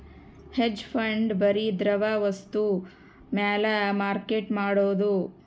hedge fund ಬರಿ ದ್ರವ ವಸ್ತು ಮ್ಯಾಲ ಮಾರ್ಕೆಟ್ ಮಾಡೋದು